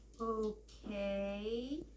Okay